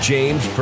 James